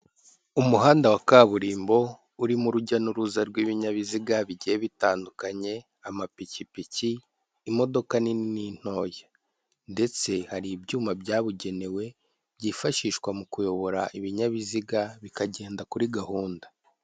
Umuhanda wa kaburimbo urimo urujya n'uruza rw'ibinyabiziga bigiye bitandukanye amapikipiki, imodoka nini n'intoya ndetse hari ibyuma byabugenewe byifashishwa mu kuyobora ibinyabiziga bikagenda kuri gahunda.